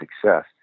success